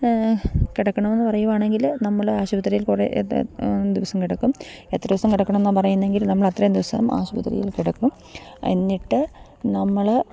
കിടക്കണമെന്ന് പറയുകയാണെങ്കില് നമ്മള് ആശുപത്രിയിൽ കുറെ ദിവസം കിടക്കും എത്ര ദിവസം കിടക്കണമെന്നാണ് പറയുന്നതെങ്കിൽ നമ്മളത്രയും ദിവസം ആശുപത്രിയിൽ കിടക്കും എന്നിട്ട് നമ്മള്